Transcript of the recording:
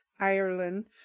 Ireland